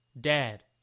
dad